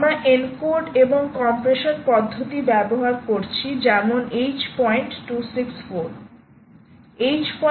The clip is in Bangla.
আমরা এনকোড এবং কম্প্রেশন পদ্ধতি ব্যবহার করছি যেমন H264